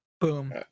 Boom